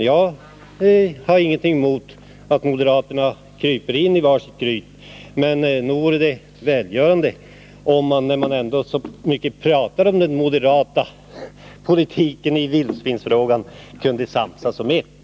Jag har inget emot att moderaterna kryper in i var sitt gryt, men nog vore det välgörande om de, när de nu talar så mycket om den moderata politiken i vildsvinsfrågan, kunde samsas om ett.